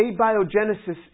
abiogenesis